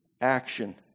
action